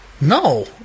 No